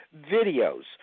videos